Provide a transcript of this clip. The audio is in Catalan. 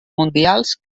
mundials